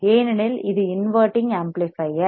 ஏனெனில் இது inverting amplifier